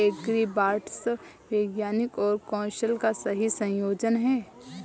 agribots विज्ञान और कौशल का सही संयोजन हैं